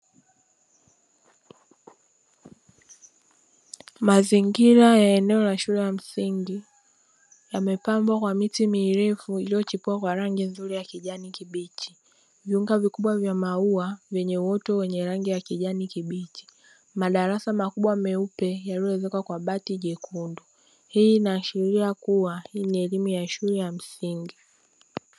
Mazingira ya eneo la shule ya msingi yamepambwa kwa miti mirefu iliyochipua kwa rangi nzuri ya kijani kibichi, viunga vikubwa vya maua vyenye uoto wa rangi ya kijani kibichi, madarasa makubwa meupe yaliyoezekwa kwa bati jekundu. Hii inaashiria kuwa hii ni elimu ya shule ya msingi.